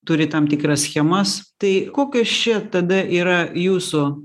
turi tam tikras schemas tai kokios čia tada yra jūsų